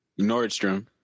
Nordstrom